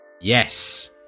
Yes